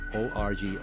org